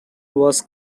was